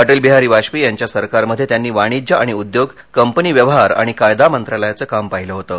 अटलबिहारी वाजपेयी यांच्या सरकारमध्ये त्यांनी वाणिज्य आणि उद्योग कंपनी व्यवहार आणि कायदा मंत्रालयाचं काम पाहिलं होतं